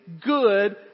good